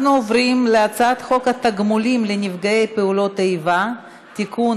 אנחנו עוברים להצעת חוק התגמולים לנפגעי פעולות איבה (תיקון,